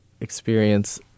experience